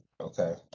Okay